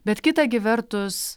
bet kita gi vertus